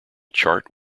chart